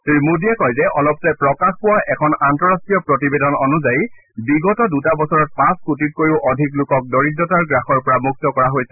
শ্ৰী মোদীয়ে কয় যে অলপতে প্ৰকাশ পোৱা এখন আন্তৰট্ৰীয় প্ৰতিবেদন অনুযায়ী বিগত দুটা বছৰত পাঁচ কোটিতকৈও অধিক লোকক দৰিদ্ৰতাৰ গ্ৰাসৰ পৰা মুক্ত কৰা হৈছে